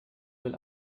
will